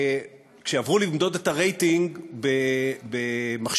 כשעברו למדוד את הרייטינג במכשירים,